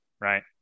right